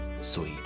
sweet